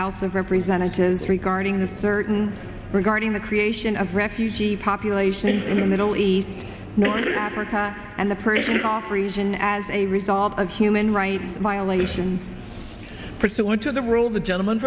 house of representatives regarding the certain regarding the creation of refugee populations in the middle east north africa and the prison off region as a result of human rights violations pursuant to the rule of the gentleman